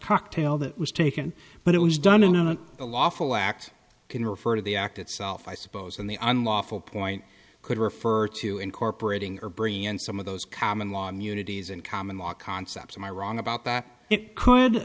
all that was taken but it was done in a lawful act can refer to the act itself i suppose in the i'm lawful point could refer to incorporating or bring in some of those common law immunities and common law concepts am i wrong about that it could